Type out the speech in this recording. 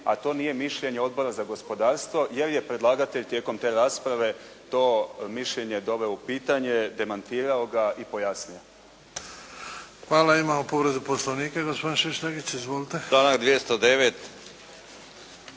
a to nije mišljenje Odbora za gospodarstvo, jer je predlagatelj tijekom te rasprave to mišljenje doveo u pitanje, demantirao ga i pojasnio. **Bebić, Luka (HDZ)** Hvala. Imamo povredu Poslovnika, gospodin Šišljagić. Izvolite.